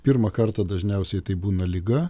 pirmą kartą dažniausiai tai būna liga